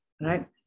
right